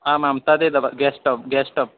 आमां तदेव गेस्टोब् गेस्टब्